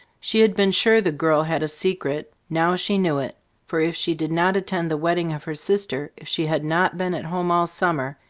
she had been sure the girl had a secret, now she knew it for if she did not attend the wedding of her sister, if she had not been at home all summer,